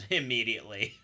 immediately